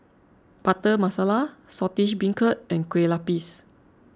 Butter Masala Saltish Beancurd and Kue Lupis